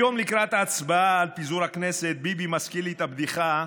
היום לקראת ההצבעה על פיזור הכנסת ביבי מזכיר לי את הבדיחה,